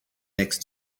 next